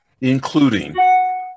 including